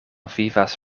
vivas